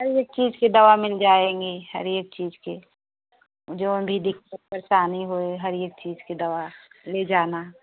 हर एक चीज़ की दवा मिल जाएँगी हर एक चीज़ की जो भी दिक्कत परेशानी हो हर एक चीज़ की दवा ले जाना